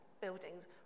buildings